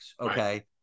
okay